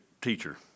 teacher